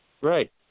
right